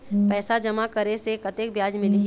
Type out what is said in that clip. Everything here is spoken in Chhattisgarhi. पैसा जमा करे से कतेक ब्याज मिलही?